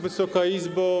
Wysoka Izbo!